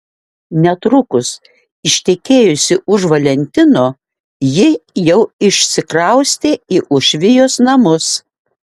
netrukus ištekėjusi už valentino ji jau išsikraustė į uošvijos namus